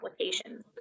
applications